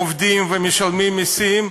עובדים ומשלמים מסים,